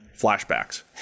flashbacks